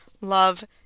love